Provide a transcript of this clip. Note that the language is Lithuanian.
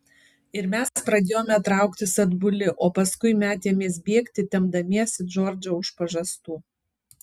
ir mes pradėjome trauktis atbuli o paskui metėmės bėgti tempdamiesi džordžą už pažastų